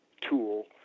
tool